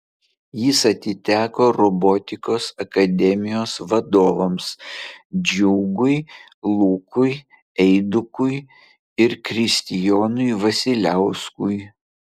jis atiteko robotikos akademijos vadovams džiugui lukui eidukui ir kristijonui vasiliauskui